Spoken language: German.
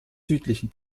südlichen